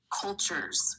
cultures